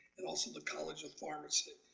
and also the college of pharmacy.